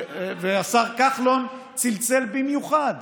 והשר כחלון צלצל במיוחד